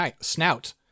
snout